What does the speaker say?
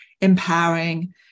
empowering